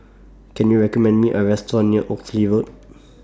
Can YOU recommend Me A Restaurant near Oxley Road